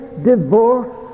divorce